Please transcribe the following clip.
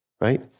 right